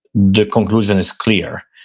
the conclusion is clear,